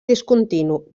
discontinu